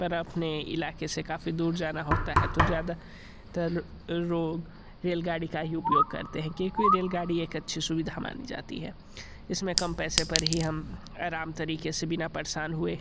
पर अपने इलाके से काफ़ी दूर जाना होता है तो ज़्यादा तर लोग रेलगाड़ी का ही उपयोग करते हैं क्योंकि रेलगाड़ी एक अच्छी सुविधा मानी जाती है इसमें कम पैसे पर ही हम आराम तरीके से बिना परेशान हुए